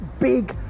big